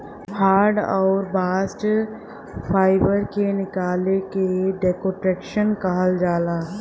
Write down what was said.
hurd आउर bast fibre के निकले के डेकोर्टिकेशन कहल जाला